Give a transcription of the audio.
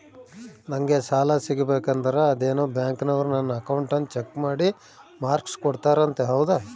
ನಂಗೆ ಸಾಲ ಸಿಗಬೇಕಂದರ ಅದೇನೋ ಬ್ಯಾಂಕನವರು ನನ್ನ ಅಕೌಂಟನ್ನ ಚೆಕ್ ಮಾಡಿ ಮಾರ್ಕ್ಸ್ ಕೊಡ್ತಾರಂತೆ ಹೌದಾ?